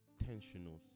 intentional